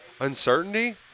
uncertainty